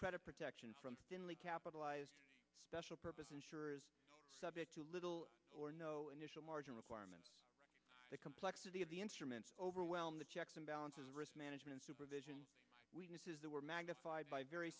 credit protection from capitalized special purpose insurers subject to little or no initial margin requirements the complexity of the instruments overwhelm the checks and balances risk management supervision weaknesses that were magnified by very